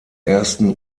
ersten